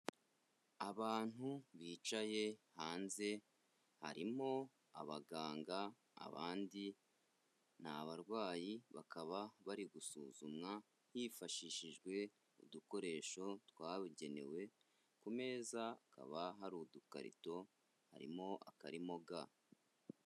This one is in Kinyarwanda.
Abantu bicaye hanze harimo abaganga abandi ni abarwayi, bakaba bari gusuzumwa hifashishijwe udukoresho twabugenewe, ku meza hakaba hari udukarito harimo akarimo ga.